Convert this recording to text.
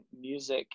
music